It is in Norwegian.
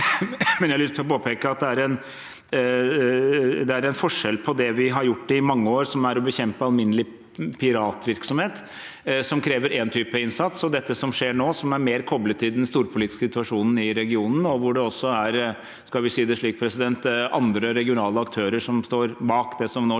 Men jeg har lyst til å påpeke at det er en forskjell på det vi har gjort i mange år – som er å bekjempe alminnelig piratvirksomhet, som krever én type innsats – og det som skjer nå, som er mer koblet til den storpolitiske situasjonen i regionen. Nå er det også andre regionale aktører som står bak det som